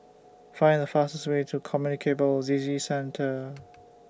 Find The fastest Way to Communicable Disease Center